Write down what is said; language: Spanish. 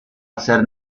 hacer